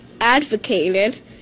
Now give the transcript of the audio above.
advocated